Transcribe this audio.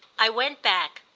i went back,